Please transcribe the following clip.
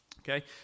okay